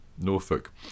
Norfolk